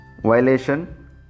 violation